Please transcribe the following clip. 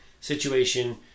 situation